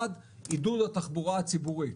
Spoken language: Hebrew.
אחד, עידוד התחבורה הציבורית.